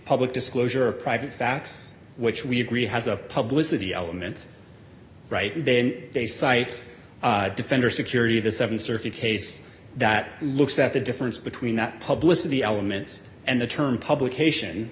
public disclosure of private facts which we agree has a publicized the elements right then they cite defender security the seven circuit case that looks at the difference between that published the elements and the term publication